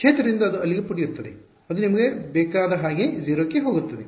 ಕ್ಷೇತ್ರದಿಂದ ಅದು ಅಲ್ಲಿಗೆ ಪುಟಿಯುತ್ತದೆ ಅದು ನಿಮಗೆ ಬೇಕಾದಹಾಗೆ 0 ಕ್ಕೆ ಹೋಗುತ್ತದೆ